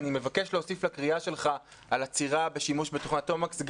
אני מבקש להוסיף לקריאה שלך על עצירה בשימוש בתוכנת תומקס,